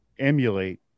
emulate